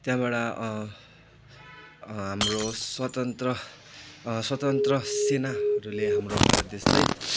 त्यहाँबाट हाम्रो स्वतन्त्र स्वतन्त्र सेनाहरूले हाम्रो भारत देशलाई